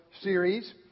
series